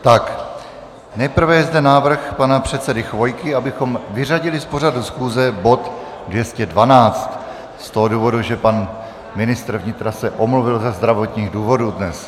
Tak nejprve je zde návrh pana předsedy Chvojky, abychom vyřadili z pořadu schůze bod 212 z toho důvodu, že se pan ministr vnitra omluvil ze zdravotních důvodů dnes.